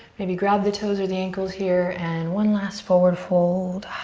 maybe grab the toes or the ankles here and one last forward fold.